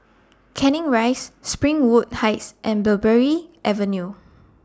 Canning Rise Springwood Heights and Mulberry Avenue